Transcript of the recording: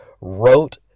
wrote